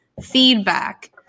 feedback